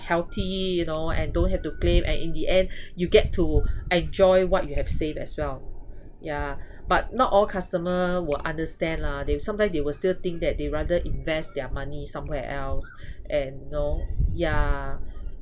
healthy you know and don't have to claim and in the end you get to enjoy what you have saved as well yeah but not all customer will understand lah they sometime they will still think that they rather invest their money somewhere else and know yeah